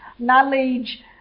knowledge